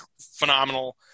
phenomenal